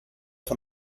von